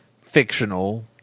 fictional